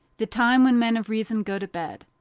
the time when men of reason go to bed.